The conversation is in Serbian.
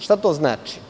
Šta to znači?